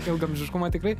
ilgaamžiškumą tikrai